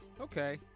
Okay